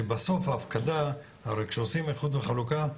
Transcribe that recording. שבסוף ההפקדה, הרי כשעושים איחוד וחלוקה,